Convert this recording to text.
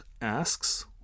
asks